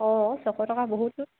অঁ ছশ টকা বহুত